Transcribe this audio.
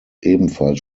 ebenfalls